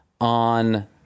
on